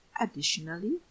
Additionally